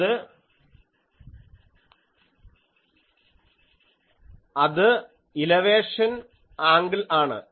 അത് elevation angle ആണ്